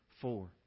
Four